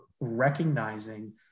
recognizing